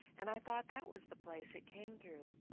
and i thought that was the place it came through.